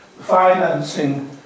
financing